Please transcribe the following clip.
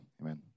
Amen